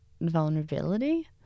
vulnerability